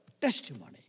testimony